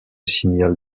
signal